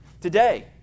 today